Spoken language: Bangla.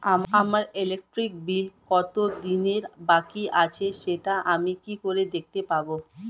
আমার ইলেকট্রিক বিল কত দিনের বাকি আছে সেটা আমি কি করে দেখতে পাবো?